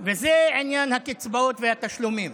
וזה עניין הקצבאות והתשלומים.